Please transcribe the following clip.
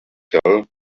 tell